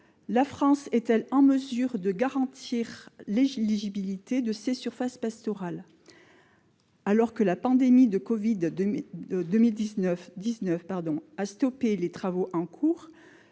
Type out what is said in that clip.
La France est-elle en mesure de garantir l'éligibilité de ces surfaces pastorales ? Alors que la pandémie de Covid-19 a stoppé les travaux en cours,